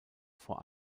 vor